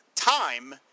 Time